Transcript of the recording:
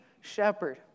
shepherd